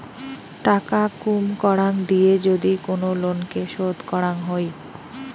টাকা কুম করাং দিয়ে যদি কোন লোনকে শোধ করাং হই